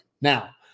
Now